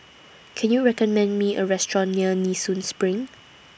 Can YOU recommend Me A Restaurant near Nee Soon SPRING